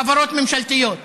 מחברות ממשלתיות.